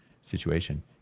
situation